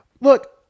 look